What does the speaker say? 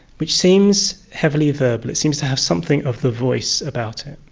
which seems heavily verbal, it seems to have something of the voice about it.